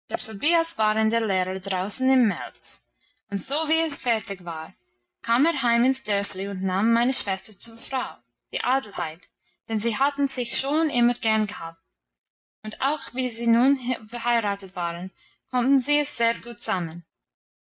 der lehre draußen in mels und sowie er fertig war kam er heim ins dörfli und nahm meine schwester zur frau die adelheid denn sie hatten sich schon immer gern gehabt und auch wie sie nun verheiratet waren konnten sie's sehr gut zusammen